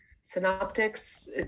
synoptics